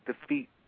defeat